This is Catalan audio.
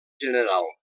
general